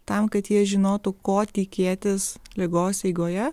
tam kad jie žinotų ko tikėtis ligos eigoje